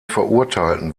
verurteilten